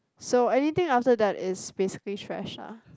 so anything after that is basically trash ah